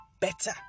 better